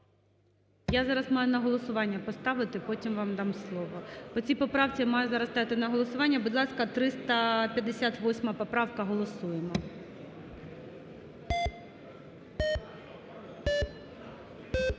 Я зараз маю на голосування поставити, потім вам дам слово. По цій поправці я маю зараз ставити на голосування. Будь ласка, 358 поправка, голосуємо.